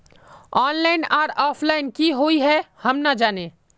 Online आर offline की हुई है हम ना जाने?